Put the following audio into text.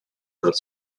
dal